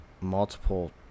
Multiple